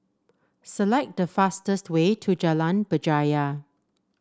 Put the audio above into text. select the fastest way to Jalan Berjaya